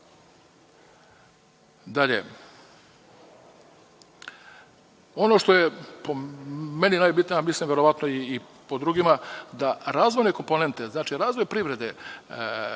koristiti. Ono što je po meni najbitnije, a mislim verovatno i po drugima, da razvojne komponente, znači razvoj privrede,